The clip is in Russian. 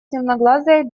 темноглазая